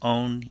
Own